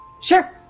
Sure